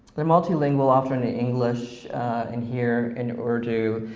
they're multilingual, alternate english in here, and urdu.